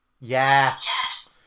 Yes